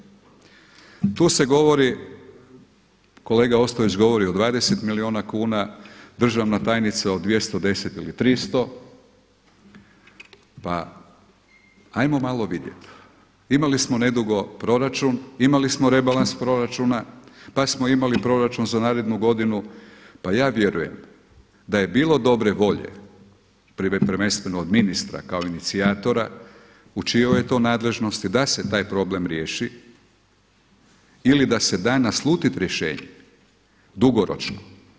Tu se govori, kolega Ostojić govori o 20 milijuna kuna, državna tajnica od 210 ili 300, pa hajmo malo vidjeti imali smo nedugo proračun, imali smo rebalans proračuna pa smo imali proračun za narednu godinu, pa ja vjerujem da je bilo dobre volje prvenstveno od ministra kao inicijatora u čijoj je to nadležnosti da se taj problem riješi ili da se da naslutiti rješenje dugoročno.